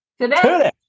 today